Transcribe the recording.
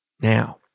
Now